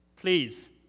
please